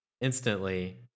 instantly